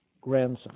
grandson